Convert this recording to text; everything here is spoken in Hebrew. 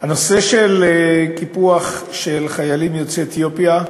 הנושא הוא קיפוח של חיילים יוצאי אתיופיה,